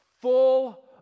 full